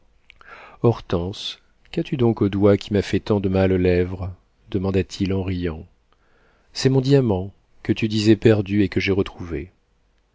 hortense qu'as-tu donc au doigt qui m'a fait tant de mal aux lèvres demanda-t-il en riant c'est mon diamant que tu disais perdu et que j'ai retrouvé